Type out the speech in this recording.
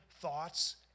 thoughts